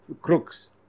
crooks